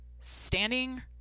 standing